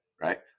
right